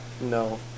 No